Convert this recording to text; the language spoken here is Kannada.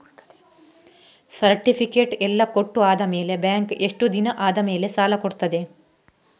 ಸರ್ಟಿಫಿಕೇಟ್ ಎಲ್ಲಾ ಕೊಟ್ಟು ಆದಮೇಲೆ ಬ್ಯಾಂಕ್ ಎಷ್ಟು ದಿನ ಆದಮೇಲೆ ಸಾಲ ಕೊಡ್ತದೆ?